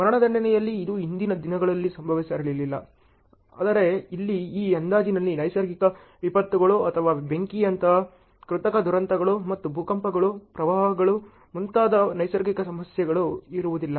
ಮರಣದಂಡನೆಯಲ್ಲಿ ಇದು ಹಿಂದಿನ ದಿನಗಳಲ್ಲಿ ಸಂಭವಿಸಿರಲಿಲ್ಲ ಆದರೆ ಇಲ್ಲಿ ಈ ಅಂದಾಜಿನಲ್ಲಿ ನೈಸರ್ಗಿಕ ವಿಪತ್ತುಗಳು ಅಥವಾ ಬೆಂಕಿಯಂತಹ ಕೃತಕ ದುರಂತಗಳು ಮತ್ತು ಭೂಕಂಪಗಳು ಪ್ರವಾಹಗಳು ಮುಂತಾದ ನೈಸರ್ಗಿಕ ಸಮಸ್ಯೆಗಳು ಇರುವುದಿಲ್ಲ